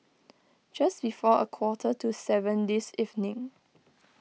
just before a quarter to seven this evening